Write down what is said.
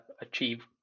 achieve